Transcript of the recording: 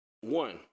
one